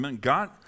God